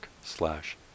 slash